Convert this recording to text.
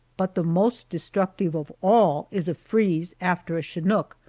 but the most destructive of all is a freeze after a chinook,